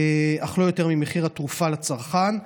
אך לא יותר ממחיר התרופה לצרכן,